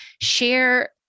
share